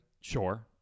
sure